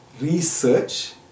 research